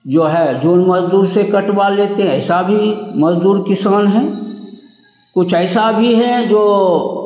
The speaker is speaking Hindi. जो है जो मजदूर से कटवा लेते ऐसा भी मजदूर किसान हैं कुछ ऐसा भी हैं जो